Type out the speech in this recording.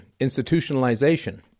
Institutionalization